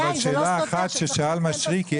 אבל שאלה אחת ששאל מישרקי,